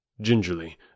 Gingerly